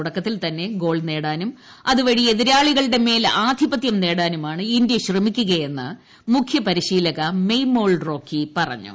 തുടക്കത്തിൽ തന്നെ ഗോൾ നേടാനും അതുവഴി എതിരാളികളുടെമേൽ ആധിപത്യം നേടാനുമാണ് ഇന്ത്യ ശ്രമിക്കുകയെന്ന് മുഖ്യ പരിശീലക മെയ്മോൾ റോക്കി പറഞ്ഞു